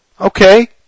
Okay